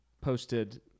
posted